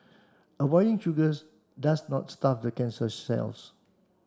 avoiding sugars does not starve the cancer cells